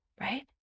right